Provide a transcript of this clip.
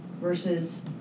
versus